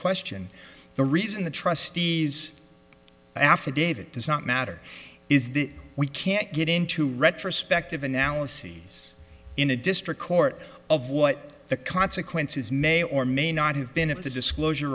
question the reason the trustees affidavit does not matter is that we can't get into retrospective analyses in a district court of what the consequences may or may not have been if the disclosure